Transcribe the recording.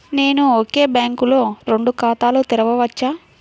నేను ఒకే బ్యాంకులో రెండు ఖాతాలు తెరవవచ్చా?